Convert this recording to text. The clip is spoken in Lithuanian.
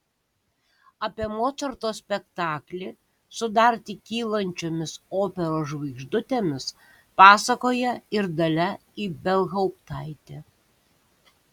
apie mocarto spektaklį su dar tik kylančiomis operos žvaigždutėmis pasakoja ir dalia ibelhauptaitė